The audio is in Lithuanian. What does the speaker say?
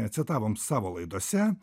citavom savo laidose